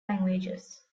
languages